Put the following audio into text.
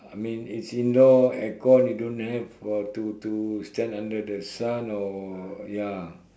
I mean it's indoor air con you don't have to to stand under the sun or ya